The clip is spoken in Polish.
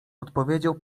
odpowiedział